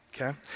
okay